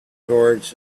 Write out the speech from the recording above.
towards